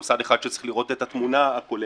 מוסד אחד שצריך לראות את התמונה הכוללת.